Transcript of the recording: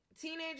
Teenager